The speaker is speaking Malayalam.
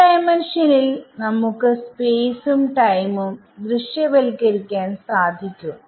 2D യിൽ നമുക്ക് സ്പേസും ടൈമും ദൃശ്യവൽക്കരിക്കാൻ സാധിക്കും